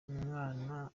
umwana